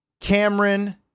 Cameron